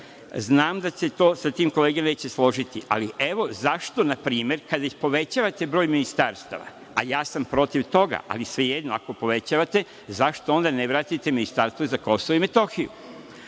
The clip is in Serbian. Znam da se sa tim kolege neće složiti, ali evo, zašto npr, kad već povećavate broj ministarstava, a ja sam protiv toga, ali svejedno, ako povećavate, zašto onda ne vratite Ministarstvo za Kosovo i Metohiju?